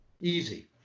easy